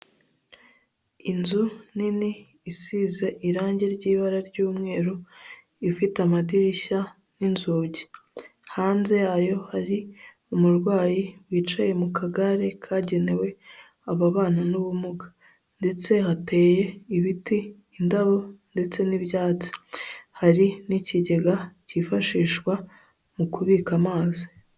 Inzu nini isize irangi ry'ibara ry'umweru ifite amadirishya n'inzugi hanze yayo hari umurwayi wicaye mu kagare kagenewe ababana n'ubumuga ndetse hateye ibiti, indabo ndetse n'ibyatsi hari n'ikigega cyifashishwa mu kubika amazi.